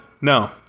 No